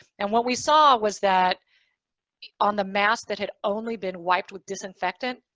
and what we saw was that on the mask that had only been wiped with disinfectant,